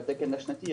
לתקן השנתי,